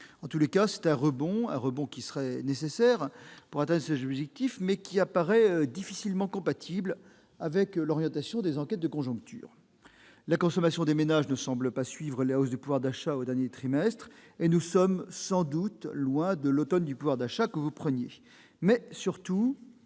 En tout cas, le rebond nécessaire pour atteindre cet objectif apparaît difficilement compatible avec l'orientation des enquêtes de conjoncture. La consommation des ménages ne semble pas suivre la hausse de leur pouvoir d'achat au dernier trimestre. Nous sommes loin de « l'automne du pouvoir d'achat » que vous prôniez,